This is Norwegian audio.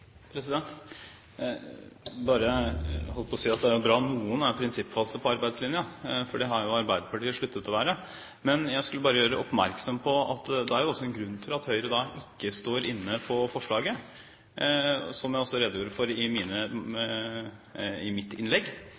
bra noen er prinsippfaste på arbeidslinja, for det har jo Arbeiderpartiet sluttet å være. Jeg ville bare gjøre oppmerksom på at det er jo en grunn til at Høyre ikke er med på forslaget, som jeg også redegjorde for i mitt innlegg. Vi har et forslag om å vedlegge dette protokollen. Men i